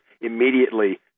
immediately